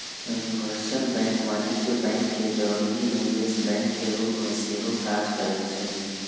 universal bank वाणिज्यिक bank के जौरही निवेश बैंक के रूप में सेहो काज करइ छै